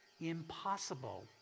impossible